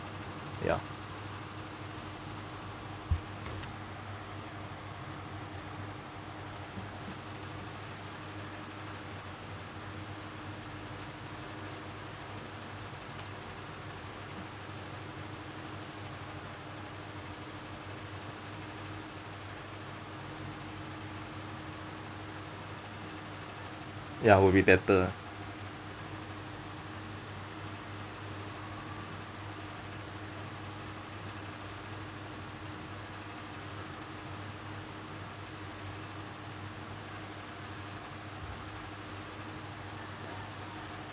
ya ya would be better